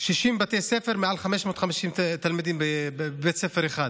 ב-60 בתי ספר מעל 550 תלמידים בבית ספר אחד.